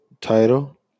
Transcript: title